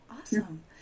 Awesome